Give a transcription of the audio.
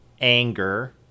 anger